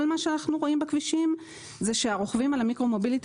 מה שאנחנו רואים בכבישים זה שהרוכבים על המיקרו מוביליטי